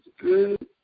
good